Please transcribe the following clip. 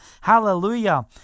Hallelujah